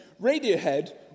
Radiohead